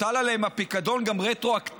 הוטל עליהם הפיקדון גם רטרואקטיבית,